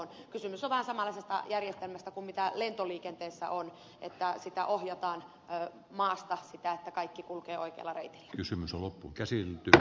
kysymys on vähän samanlaisesta järjestelmästä kuin lentoliikenteessä on kun sitä ohjataan maasta että kaikki kulkevat oikealla reitillä